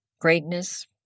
greatness